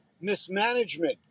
mismanagement